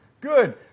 good